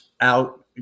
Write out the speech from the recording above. out